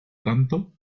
tanto